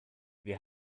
wir